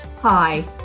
Hi